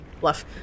Bluff